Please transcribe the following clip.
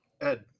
Ed